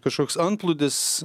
kažkoks antplūdis